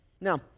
Now